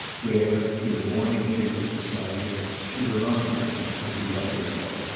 where, with the morning papers beside her, she reminded him, as he let her know,